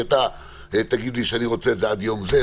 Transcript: כי אתה תגיד לי אני רוצה את זה עד יום זה,